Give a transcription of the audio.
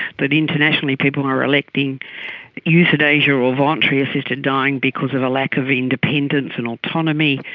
that internationally people are electing euthanasia or voluntary assisted dying because of a lack of independence and autonomy,